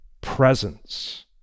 presence